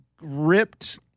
ripped